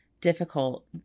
difficult